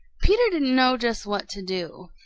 peter didn't know just what to do.